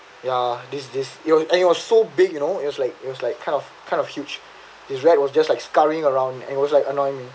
ya this this ya and he was so big you know it was like it was like kind of kind of huge this rat was just like scurrying around and it was like annoying